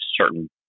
certain